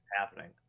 happening